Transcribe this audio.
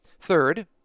Third